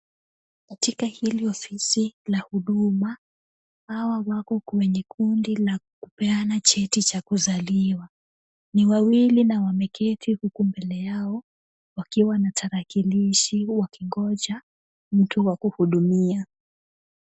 Katika hili ofisi la huduma, hawa wako kwenye kundi la kupeana cheti cha kuzaliwa. Ni wawili na wameketi huku mbele yao wakiwa na tarakilishi wakingoja mtu wa kuhudumia.